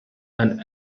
and